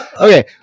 Okay